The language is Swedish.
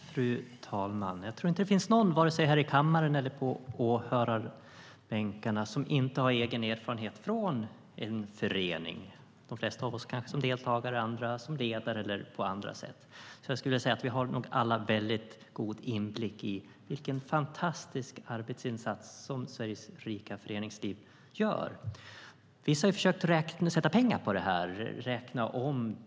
Fru talman! Jag tror inte att det finns någon, varken här i kammaren eller på åhörarbänkarna, som inte har egen erfarenhet från en förening - de flesta av oss kanske som deltagare, andra som ledare eller annat. Vi har nog alla en god inblick i vilken fantastisk arbetsinsats som Sveriges rika föreningsliv gör. Vissa har försökt räkna om detta till pengar.